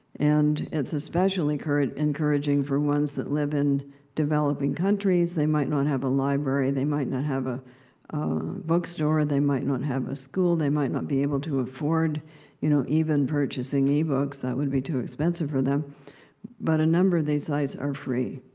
and it's especially encouraging for ones that live in developing countries, they might not have a library, they might not have a bookstore, they might not have a school, they might not be able to afford you know even purchasing ebooks that would be too expensive for them but a number of these sites are free,